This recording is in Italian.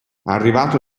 arrivato